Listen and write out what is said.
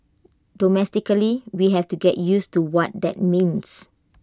domestically we have to get used to what that means